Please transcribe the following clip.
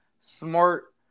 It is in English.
Smart